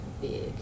big